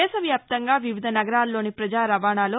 దేశ వ్యాప్తంగా వివిధ నగరాల్లోని ప్రజా రవాణాలో